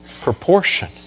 proportion